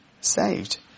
saved